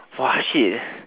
shit